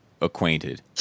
acquainted